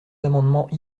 amendements